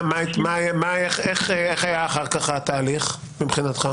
איך היה אחר כך התהליך מבחינתך?